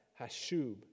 Hashub